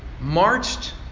marched